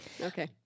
Okay